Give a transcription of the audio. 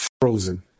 frozen